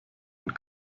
und